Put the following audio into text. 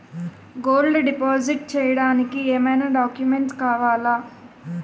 Gold deposit చేయడానికి ఏమైనా documents కావాలా?